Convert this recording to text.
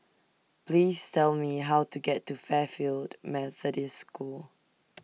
Please Tell Me How to get to Fairfield Methodist School